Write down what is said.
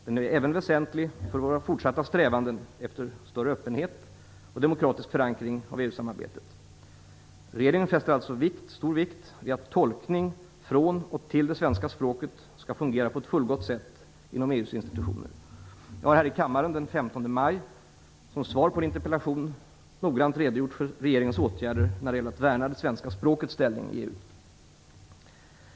Den är även väsentlig för våra fortsatta strävanden efter större öppenhet och demokratisk förankring av EU Regeringen fäster alltså stor vikt vid att tolkning från och till det svenska språket skall fungera på ett fullgott sätt inom EU:s institutioner. Jag har här i kammaren den 15 maj som svar på en interpellation noggrant redogjort för regeringens åtgärder när det gäller att värna det svenska språkets ställning i EU.